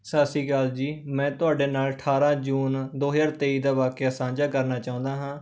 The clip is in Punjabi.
ਸਤਿ ਸ਼੍ਰੀ ਅਕਾਲ ਜੀ ਮੈਂ ਤੁਹਾਡੇ ਨਾਲ ਅਠਾਰਾਂ ਜੂਨ ਦੋ ਹਜ਼ਾਰ ਤੇਈ ਦਾ ਵਾਕਿਆ ਸਾਂਝਾ ਕਰਨਾ ਚਾਹੁੰਦਾ ਹਾਂ